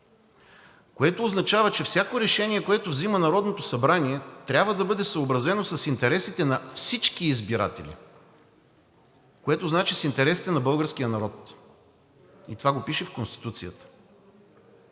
което означава, че всяко решение, което взима Народното събрание, трябва да бъде съобразено с интересите на всички избиратели, което значи с интересите на българския народ. И това го пише в Конституцията.